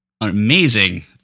Amazing